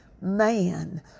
man